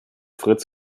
fritz